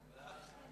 בעד,